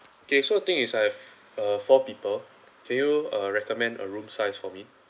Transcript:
okay so thing is I've uh four people can you uh recommend a room size for me